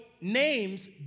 names